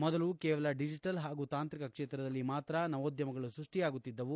ಮೊದಲು ಕೇವಲ ಡಿಜಿಟಲ್ ಹಾಗೂ ತಾಂತ್ರಿಕ ಕ್ಷೇತ್ರದಲ್ಲಿ ಮಾತ್ರ ನವೋದ್ಧಮಗಳು ಸೃಷ್ಟಿಯಾಗುತ್ತಿದ್ದವು